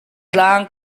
tlang